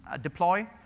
deploy